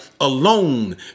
alone